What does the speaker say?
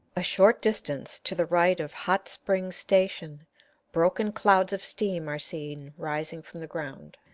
a short distance to the right of hot springs station broken clouds of steam are seen rising from the ground,